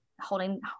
holding